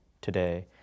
today